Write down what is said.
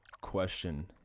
question